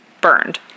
burned